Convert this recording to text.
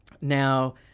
Now